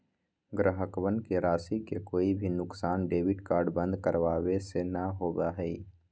ग्राहकवन के राशि के कोई भी नुकसान डेबिट कार्ड बंद करावे से ना होबा हई